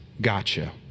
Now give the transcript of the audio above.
gotcha